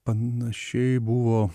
panašiai buvo